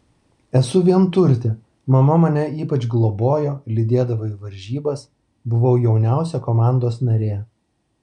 esu vienturtė mama mane ypač globojo lydėdavo į varžybas buvau jauniausia komandos narė